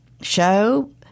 show